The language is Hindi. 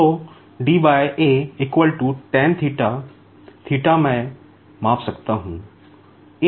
तो मैं माप सकता हूं a ज्ञात है